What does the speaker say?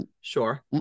Sure